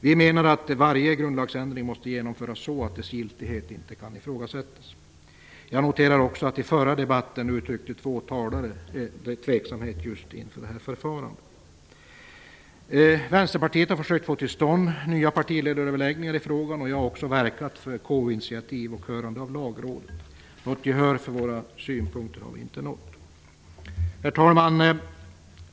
Vi menar att varje grundlagsändring måste genomföras så att dess giltighet inte kan ifrågasättas. Jag noterar också att två talare i den förra debatten uttryckte tveksamhet just inför detta förfarande. Vänsterpartiet har försökt att få till stånd nya partiledaröverläggningar i frågan, och jag har också verkat för ett KU-initiativ och ett hörande av lagrådet. Något gehör för våra synpunkter har vi inte nått. Herr talman!